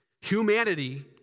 humanity